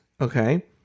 Okay